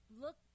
look